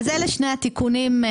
אילו שני התיקונים.